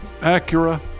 Acura